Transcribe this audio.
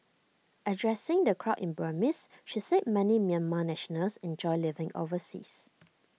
addressing the crowd in Burmese she said many Myanmar nationals enjoy living overseas